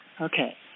Okay